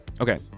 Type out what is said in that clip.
Okay